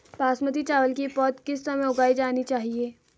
बासमती चावल की पौध किस समय उगाई जानी चाहिये?